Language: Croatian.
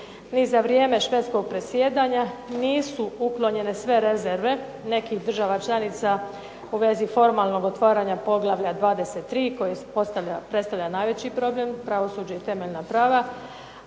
ni za vrijeme Švedskog predsjedanja nisu uklonjene sve rezerve nekih država članica u vezi formalnog otvaranja poglavlja 23. koji predstavlja najveći problem, Pravosuđe i temeljna prava,